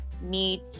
need